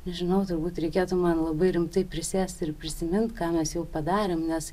nežinau turbūt reikėtų man labai rimtai prisėst ir prisimint ką mes jau padarėm nes